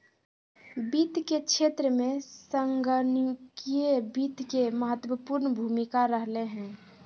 वित्त के क्षेत्र में संगणकीय वित्त के महत्वपूर्ण भूमिका रहलय हें